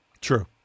True